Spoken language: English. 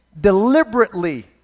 deliberately